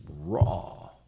Raw